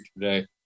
today